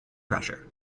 pressure